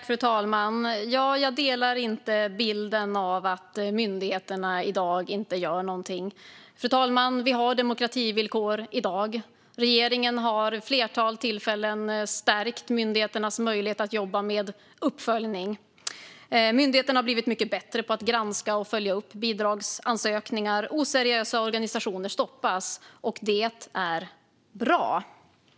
Fru talman! Jag delar inte bilden av att myndigheterna inte gör något. Vi har demokrativillkor, och regeringen har vid ett flertal tillfällen stärkt myndigheternas möjlighet att jobba med uppföljning. Myndigheterna har blivit mycket bättre på att granska och följa upp bidragsansökningar. Oseriösa organisationer stoppas, och det är bra.